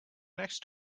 next